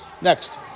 Next